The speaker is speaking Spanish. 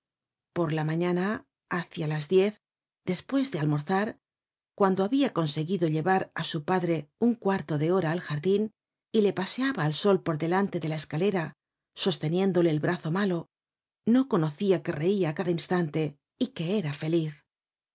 por la mañana hácia las diez despues de almorzar cuando habia conseguido llevar á su padre un cuarto de hora al jardin y le paseaba al sol por delante de la escalera sosteniéndole el brazo malo no conocia que reia á cada instante y que era feliz juan